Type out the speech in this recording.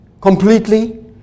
completely